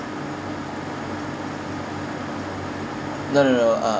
no no no uh